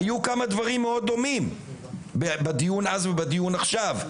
היו כמה דברים מאוד דומים בדיון אז ובדיון עכשיו.